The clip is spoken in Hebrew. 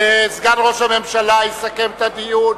סגן ראש הממשלה יסכם את הדיון.